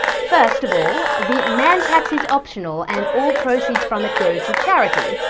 first of all, the man tax is optional, and all proceeds from it go to charity.